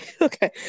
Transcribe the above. okay